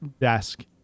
desk